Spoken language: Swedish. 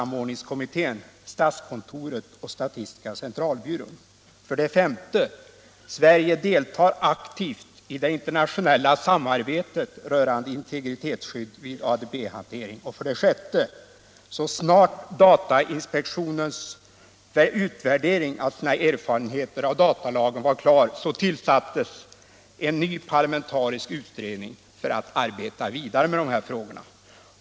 6. Så snart datainspektionens utvärdering av sina erfarenheter av datalagen var klar tillsattes en ny parlamentarisk utredning för att arbeta vidare med dessa frågor.